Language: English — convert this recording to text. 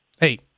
hey